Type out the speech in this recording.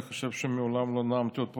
אני חושב שמעולם לא נאמתי פה,